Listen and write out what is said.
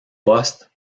poste